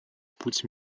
путь